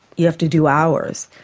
you have to do hours.